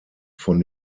von